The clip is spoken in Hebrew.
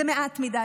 זה מעט מדי,